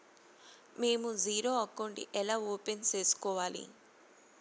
మేము zero account ఎలా open సేసుకోవాలి